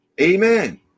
Amen